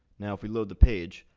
now if we load the page,